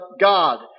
God